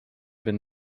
been